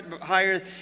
higher